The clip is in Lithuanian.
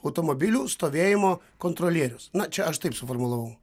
automobilių stovėjimo kontrolierius na čia aš taip suformulavau